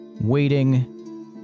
waiting